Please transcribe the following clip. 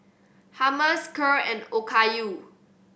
Hummus Kheer and Okayu